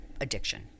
addiction